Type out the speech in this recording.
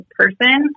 person